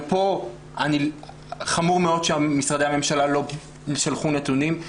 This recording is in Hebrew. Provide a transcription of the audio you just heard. חמור מאוד שמשרדי הממשלה לא שלחו נתונים,